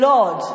Lord